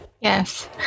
Yes